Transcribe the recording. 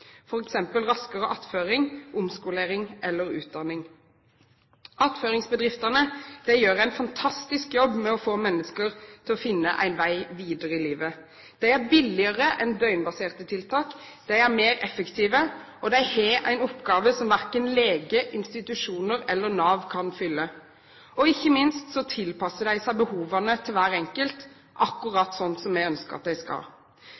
f.eks. raskere attføring, omskolering eller utdanning. Attføringsbedriftene gjør en fantastisk jobb med å få mennesker til å finne en vei videre i livet. De er billigere enn døgnbaserte tiltak, de er mer effektive, og de har en oppgave som verken leger, institusjoner eller Nav kan fylle. Ikke minst tilpasser de seg behovene til hver enkelt, akkurat slik vi ønsker at de skal.